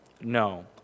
No